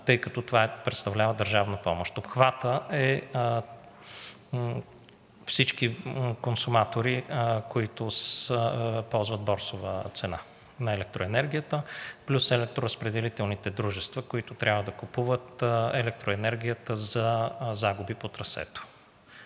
тъй като това представлява държавна помощ. Обхватът е за всички консуматори, които ползват борсова цена за електроенергията, плюс електроразпределителни дружества, които трябва да купуват електроенергията за загуби по трасето.